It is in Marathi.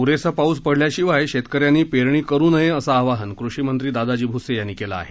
पुरेसा पाऊस पडल्याशिवाय शेतकऱ्यांनी पेरणी करु नये असं आवाहन कृषिमंत्री दादाजी भुसे यांनी केलं आहे